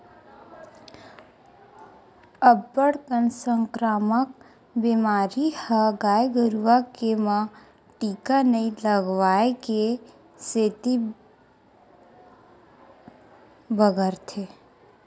अब्बड़ कन संकरामक बेमारी ह गाय गरुवा के म टीका नइ लगवाए के सेती बगरथे